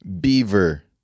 beaver